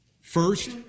First